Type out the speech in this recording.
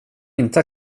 inte